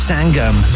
Sangam